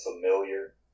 Familiar